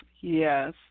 Yes